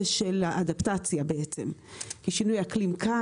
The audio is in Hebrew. של אדפטציה בעצם לשינוי האקלים כאן.